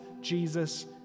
Jesus